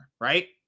right